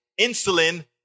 insulin